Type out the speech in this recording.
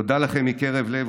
תודה לכם מקרב לב,